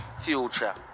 future